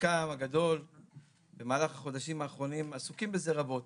חלקם הגדול בחודשים האחרונים עסוקים בזה רבות.